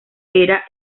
era